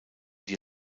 die